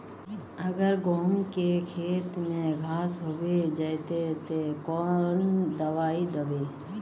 अगर गहुम के खेत में घांस होबे जयते ते कौन दबाई दबे?